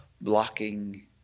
blocking